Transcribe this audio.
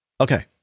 Okay